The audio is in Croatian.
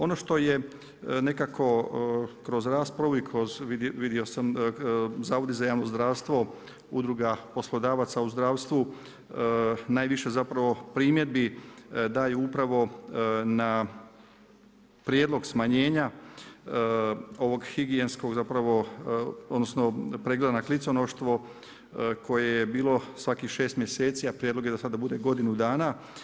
Ono što je nekako kroz raspravu i kroz vidio sam zavodi za javno zdravstvo, udruga poslodavaca u zdravstvu najviše zapravo primjedbi daje upravo na prijedlog smanjenja ovog higijenskog zapravo odnosno pregleda na kliconoštvo koje je bilo svakih 6 mjeseci, a prijedlog je da sada bude godinu dana.